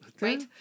right